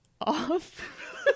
off